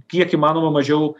kiek įmanoma mažiau